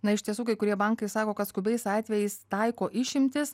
na iš tiesų kai kurie bankai sako kad skubiais atvejais taiko išimtis